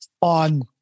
on